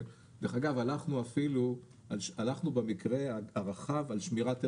דרך אגב, הלכנו במקרה הרחב על שמירת הריון.